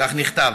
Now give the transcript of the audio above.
כך נכתב,